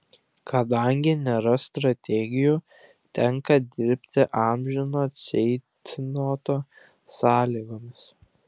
kadangi nėra strategijų tenka dirbti amžino ceitnoto sąlygomis